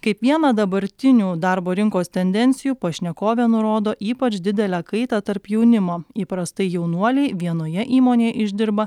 kaip vieną dabartinių darbo rinkos tendencijų pašnekovė nurodo ypač didelę kaitą tarp jaunimo įprastai jaunuoliai vienoje įmonėje išdirba